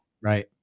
right